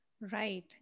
Right